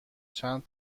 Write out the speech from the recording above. چند